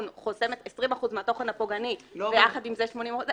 חוסמת 20% מהתוכן הפוגעני ויחד עם זה 80%,